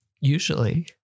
Usually